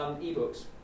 e-books